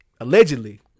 allegedly